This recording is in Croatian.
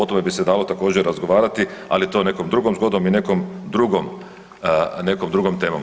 To tome bi se dalo također razgovarati, ali to nekom drugom zgodom i nekom drugom temom.